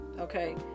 okay